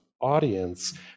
audience